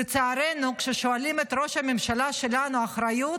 לצערנו, כששואלים את ראש הממשלה שלנו: אחריות?